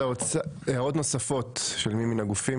הערות נוספות של מי מן הגופים?